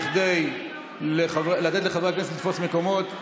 כדי לתת לחברי הכנסת לתפוס מקומות.